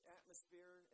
atmosphere